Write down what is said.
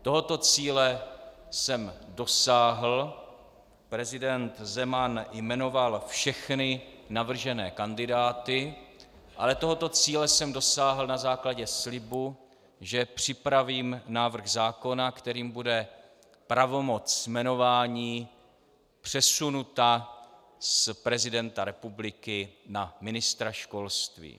Tohoto cíle jsem dosáhl, prezident Zeman jmenoval všechny navržené kandidáty, ale tohoto cíle jsem dosáhl na základě slibu, že připravím návrh zákona, kterým bude pravomoc jmenování přesunuta z prezidenta republiky na ministra školství.